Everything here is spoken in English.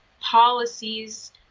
policies